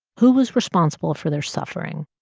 who was responsible for their suffering,